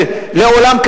לעולם,